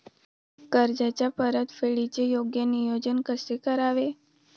कर्जाच्या परतफेडीचे योग्य नियोजन कसे करावे?